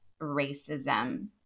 racism